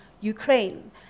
Ukraine